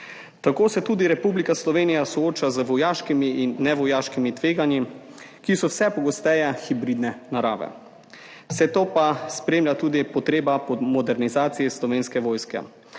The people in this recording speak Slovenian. Tako se tudi Republika Slovenija sooča z vojaškimi in nevojaškimi tveganji, ki so vse pogosteje hibridne narave. Vse to pa spremlja tudi potreba po modernizaciji Slovenske vojske.